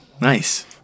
nice